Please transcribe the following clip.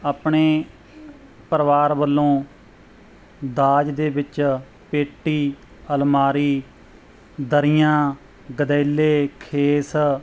ਆਪਣੇ ਪਰਿਵਾਰ ਵੱਲੋਂ ਦਾਜ ਦੇ ਵਿੱਚ ਪੇਟੀ ਅਲਮਾਰੀ ਦਰੀਆਂ ਗਦੈਲੇ ਖੇਸ